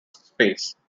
space